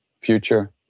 future